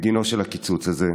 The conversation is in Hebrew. בגין הקיצוץ הזה.